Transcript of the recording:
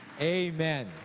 Amen